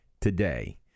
today